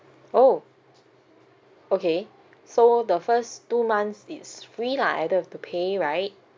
oh okay so the first two months is free lah I don't have to pay right